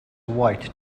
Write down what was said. white